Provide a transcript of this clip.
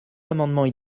amendements